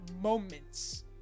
moments